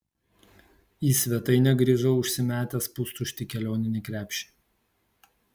į svetainę grįžau užsimetęs pustuštį kelioninį krepšį